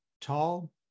tall